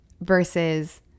versus